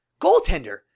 goaltender